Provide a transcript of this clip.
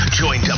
join